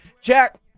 Jack